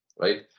right